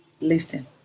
listen